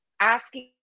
asking